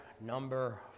number